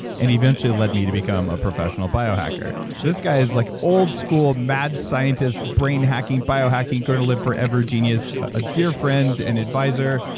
and eventually led me to become a professional biohacker this guy is like old-school mad scientist, brain hacking, biohacking, going to live forever genius, a dear friend and advisor,